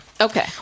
okay